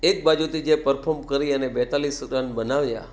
એકબાજુથી જે પર્ફોમ કરી અને બેતાલીસ રન બનાવ્યા